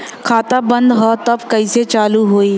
खाता बंद ह तब कईसे चालू होई?